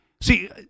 See